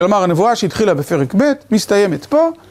כלומר, הנבואה שהתחילה בפרק ב', מסתיימת פה.